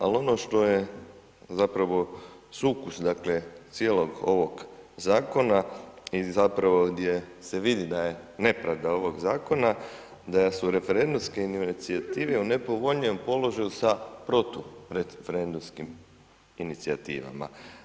Ali ono što je sukus, zapravo cijelog ovog zakona, i zapravo gdje se vidi da je nepravda ovog zakona, da su referendumske inicijative u nepovoljnijem položaju sa protureferendumskim inicijativama.